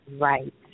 right